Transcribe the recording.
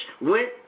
went